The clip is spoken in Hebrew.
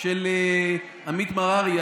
של עמית מררי,